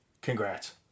congrats